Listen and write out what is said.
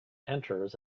enters